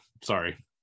sorry